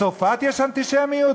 בצרפת יש אנטישמיות?